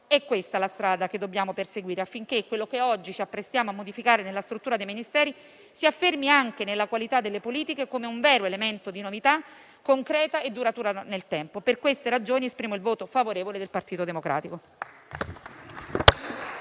È questa la strada che dobbiamo perseguire, affinché quello che oggi ci apprestiamo a modificare nella struttura dei Ministeri si affermi anche nella qualità delle politiche, come un vero elemento di novità, concreta e duratura nel tempo. Per queste ragioni, esprimo il primo il voto favorevole del Partito Democratico.